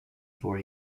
before